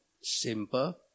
simple